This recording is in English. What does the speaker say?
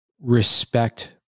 respect